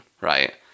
right